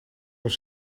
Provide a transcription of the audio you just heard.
los